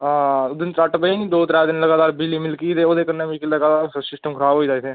हां उस दिन त्रट्ट पेई ही निं दो त्रै दिन लगातार बिजली मिलकी ही ते ओह्दे कन्नै मी ते लग्गै दा सी सिस्टम खराब होई दा इत्थै